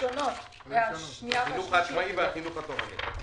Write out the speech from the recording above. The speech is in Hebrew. החינוך העצמאי והחינוך התורני.